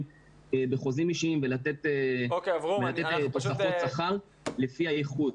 בחוזים אישיים ולתת תוספות שכר לפי האיכות.